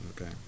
Okay